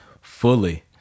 fully